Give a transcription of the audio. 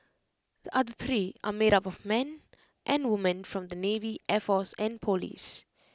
the other three are made up of men and women from the navy air force and Police